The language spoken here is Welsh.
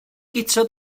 guto